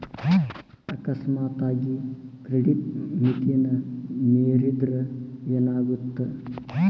ಅಕಸ್ಮಾತಾಗಿ ಕ್ರೆಡಿಟ್ ಮಿತಿನ ಮೇರಿದ್ರ ಏನಾಗತ್ತ